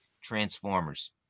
Transformers